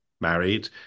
married